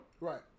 Right